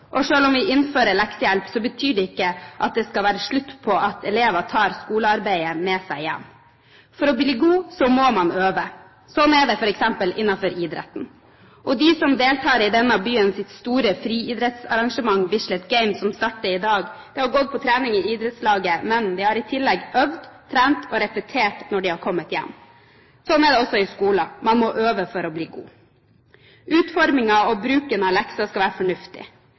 om vi innfører leksehjelp, betyr det ikke at det skal være slutt på at elever tar skolearbeidet med seg hjem. For å bli god må man øve, slik er det f.eks. innenfor idretten. De som deltar i denne byens store friidrettsarrangement, Bislett Games, som starter i dag, har gått på trening i idrettslaget, men de har i tillegg øvd, trent og repetert når de har kommet hjem. Slik er det også i skolen. Man må øve for å bli god. Utformingen og bruken av lekser skal være fornuftig.